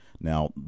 Now